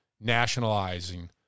nationalizing